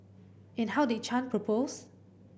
and how did Chan propose